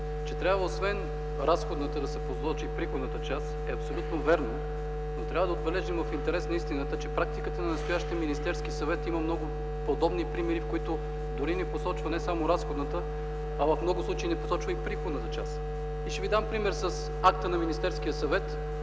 че трябва освен разходната да се посочи и приходната част. Да, абсолютно вярно, но трябва да отбележим в интерес на истината, че в практиката на настоящият Министерски съвет има много подобни примери, в които не посочва не само разходната, но в много случаи не се посочва и приходната част. Ще ви дам пример с акта на Министерския съвет,